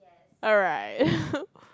alright